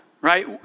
right